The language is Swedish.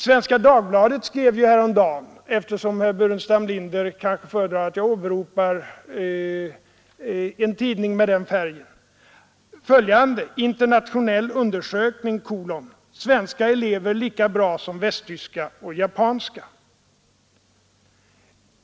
Svenska Dagbladet skrev häromdagen — herr Burenstam Linder kanske föredrar att jag åberopar en tidning med den färgen: ”Internationell undersökning: Svenska elever lika bra som västtyska och japanska”.